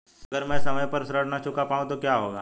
अगर म ैं समय पर ऋण न चुका पाउँ तो क्या होगा?